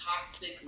toxic